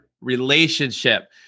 relationship